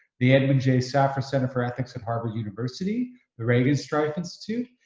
the edmond j safra center for ethics at harvard university, the regenstrief institute,